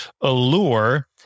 allure